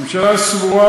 הממשלה סבורה,